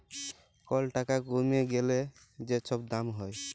call টাকা কইমে গ্যালে যে ছব দাম হ্যয়